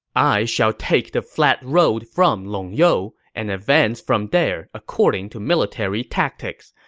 i shall take the flat road from longyou and advance from there according to military tactics.